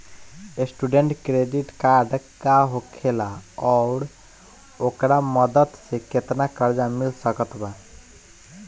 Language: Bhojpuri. स्टूडेंट क्रेडिट कार्ड का होखेला और ओकरा मदद से केतना कर्जा मिल सकत बा?